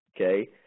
okay